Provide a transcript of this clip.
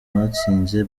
batsinze